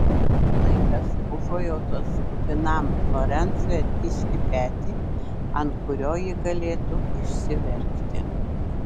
laikas užuojautos kupinam lorencui atkišti petį ant kurio ji galėtų išsiverkti